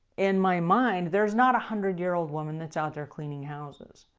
in my mind, there's not a hundred-year-old woman that's out there cleaning houses.